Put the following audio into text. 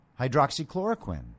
hydroxychloroquine